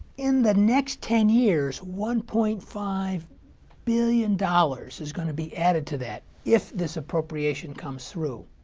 in the next ten years, one point five billion dollars is going to be added to that, if this appropriation comes through.